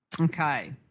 Okay